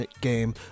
game